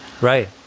Right